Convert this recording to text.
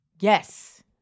Yes